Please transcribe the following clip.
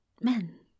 men